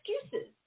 excuses